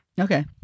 Okay